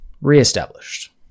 Reestablished